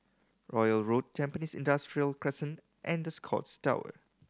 Royal Road Tampines Industrial Crescent and The Scotts Tower